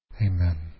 amen